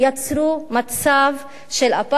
מחיקת "הקו